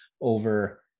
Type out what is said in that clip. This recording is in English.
over